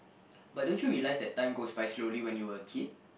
but don't you realize that time goes by slowly when you were a kid